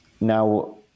now